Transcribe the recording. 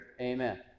Amen